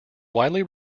widely